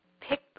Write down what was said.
Pick